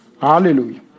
Hallelujah